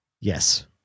Yes